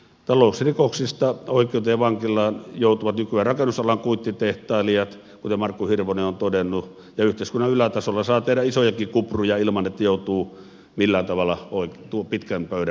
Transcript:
talousrikoksista oikeuteen vankilaan joutuvat nykyään rakennusalan kuittitehtailijat kuten markku hirvonen on todennut ja yhteiskunnan ylätasolla saa tehdä isojakin kupruja ilman että joutuu millään tavalla tuon pitkän pöydän ääreen